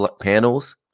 panels